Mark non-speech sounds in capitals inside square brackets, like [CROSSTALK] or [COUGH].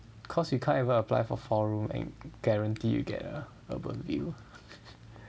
cause we can't even apply for four room and guarantee we get a UrbanVille [LAUGHS]